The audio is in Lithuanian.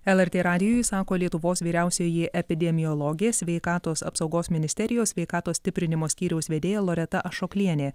lrt radijui sako lietuvos vyriausioji epidemiologė sveikatos apsaugos ministerijos sveikatos stiprinimo skyriaus vedėja loreta ašoklienė